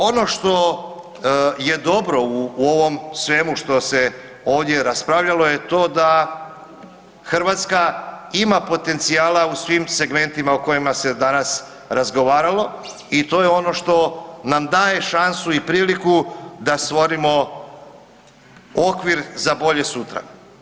Ono što je dobro u ovom svemu što se ovdje raspravljalo je to da Hrvatska ima potencijala u svim segmentima o kojima se danas razgovaralo i to je ono što nam daje šansu i priliku da stvorimo okvir za bolje sutra.